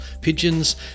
pigeons